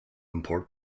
import